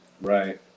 Right